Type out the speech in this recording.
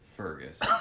fergus